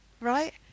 right